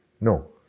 no